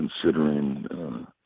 considering